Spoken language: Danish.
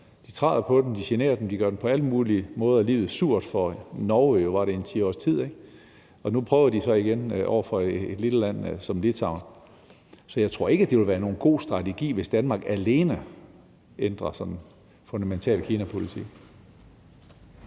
De træder på dem, de generer dem, og de gør på alle mulige måder livet surt for dem, sådan som det var for Norge i 10 års tid. Nu prøver de så igen over for et lille land som Litauen. Så jeg tror ikke, det ville være nogen god strategi, hvis Danmark alene fundamentalt ændrede kinapolitik.